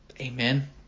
Amen